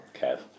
Kev